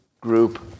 group